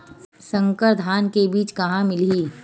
संकर धान के बीज कहां मिलही?